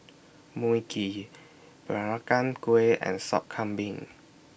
Mui Kee Peranakan Kueh and Sop Kambing